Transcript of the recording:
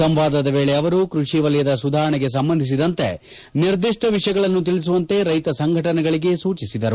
ಸಂವಾದದ ವೇಳೆ ಅವರು ಕ್ಪಷಿ ವಲಯದ ಸುಧಾರಣೆಗೆ ಸಂಬಂಧಿಸಿದಂತೆ ನಿರ್ದಿಷ್ಟ ವಿಷಯಗಳನ್ನು ತಿಳಿಸುವಂತೆ ರೈತ ಸಂಘಟನೆಗಳಿಗೆ ಸೂಚಿಸಿದರು